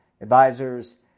advisors